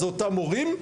זה אותם מורים,